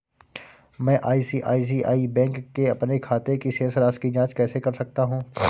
मैं ICICI bank के अपने खाते की शेष राशि की जाँच कैसे कर सकता हूँ?